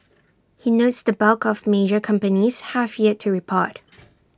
he notes the bulk of major companies have yet to report